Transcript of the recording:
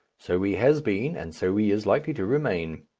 so he has been, and so he is likely to remain.